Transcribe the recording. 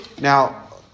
Now